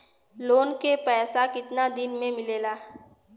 Loan के पैसा कितना दिन मे मिलेला?